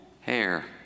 hair